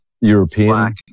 European